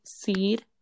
seed